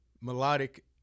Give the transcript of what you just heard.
melodic